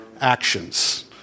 actions